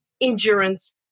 endurance